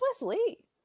Wesley